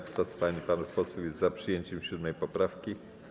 Kto z pań i panów posłów jest za przyjęciem 7. poprawki?